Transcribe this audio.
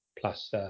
plus